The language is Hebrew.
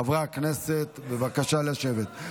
חברי הכנסת, בבקשה לשבת.